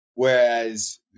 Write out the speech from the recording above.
whereas